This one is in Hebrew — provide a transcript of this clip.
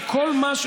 כי כל מה,